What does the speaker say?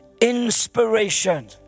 inspiration